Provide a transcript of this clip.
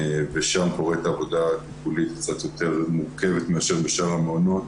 שם קורית העבודה הטיפולית היותר מורכבת מאשר בשאר המעונות.